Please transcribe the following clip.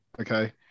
okay